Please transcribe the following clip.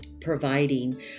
providing